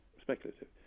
speculative